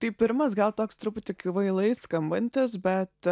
tai pirmas gal toks truputį kvailai skambantis bet